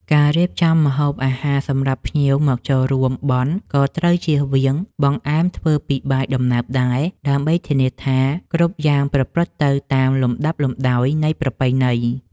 ការរៀបចំម្ហូបអាហារសម្រាប់ភ្ញៀវមកចូលរួមបុណ្យក៏ត្រូវចៀសវាងបង្អែមធ្វើពីបាយដំណើបដែរ ដើម្បីធានាថាគ្រប់យ៉ាងប្រព្រឹត្តទៅតាមលំដាប់លំដោយនៃប្រពៃណី។